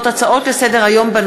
30 תומכים, אין מתנגדים, אין